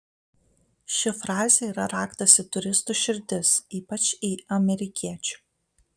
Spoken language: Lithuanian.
ši frazė yra raktas į turistų širdis ypač į amerikiečių